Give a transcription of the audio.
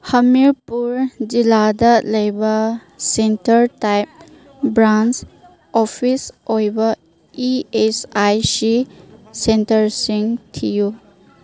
ꯍꯃꯤꯔꯄꯨꯔ ꯖꯤꯂꯥꯗ ꯂꯩꯕ centre type branch office ꯑꯣꯏꯕ ꯏ ꯑꯦꯁ ꯑꯥꯏ ꯁꯤ ꯁꯦꯟꯇꯔꯁꯤꯡ ꯊꯤꯌꯨ